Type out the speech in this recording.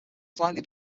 slightly